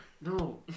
No